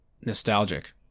nostalgic